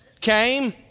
came